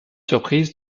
surprise